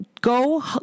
go